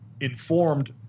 informed